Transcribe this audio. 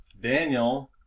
Daniel